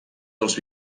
els